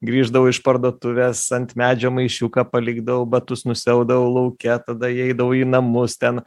grįždavau iš parduotuvės ant medžio maišiuką palikdavau batus nusiaudavau lauke tada įeidavau į namus ten